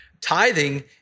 tithing